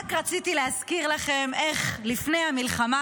רק רציתי להזכיר לכם איך לפני המלחמה,